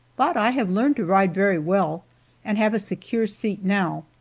but i have learned to ride very well and have a secure seat now.